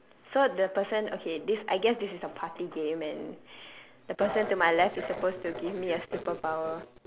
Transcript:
so the person okay this I guess this a party game and the person to my left is supposed to give me a superpower